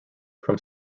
from